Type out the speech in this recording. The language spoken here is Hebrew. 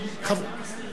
גפני מסיר את החוק.